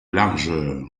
largeur